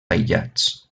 aïllats